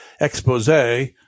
expose